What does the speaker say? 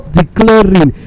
declaring